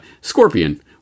scorpion